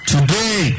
Today